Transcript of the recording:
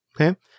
Okay